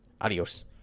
adios